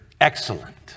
excellent